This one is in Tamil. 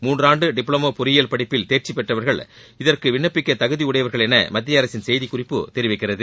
மூன்றாண்டு டிப்ளமோ பொறியில் படிப்பில் கேர்ச்சி பெற்றவர்கள் இதற்கு விண்ணப்பிக்க தகுதியுடையவர்கள் என மத்திய அரசின் செய்திக்குறிப்பு தெரிவிக்கிறது